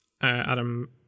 Adam